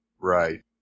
Right